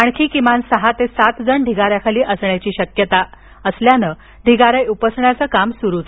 आणखी किमान सहा ते सातजण ढिगाऱ्याखाली असण्याची शक्यता असल्याने ढिगारे उपसण्याचे काम सुरूच